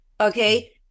Okay